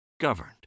governed